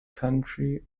country